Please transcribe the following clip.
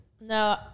no